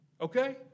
Okay